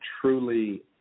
truly